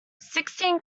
sixteen